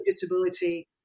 disability